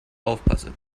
aufpasse